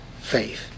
faith